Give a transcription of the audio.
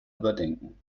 überdenken